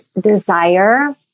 desire